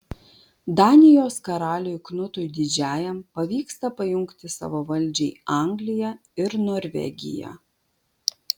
danijos karaliui knutui didžiajam pavyksta pajungti savo valdžiai angliją ir norvegiją